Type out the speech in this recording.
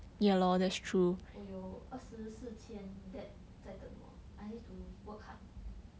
我有二十四千 debt 在等我 I need to work hard